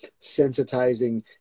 sensitizing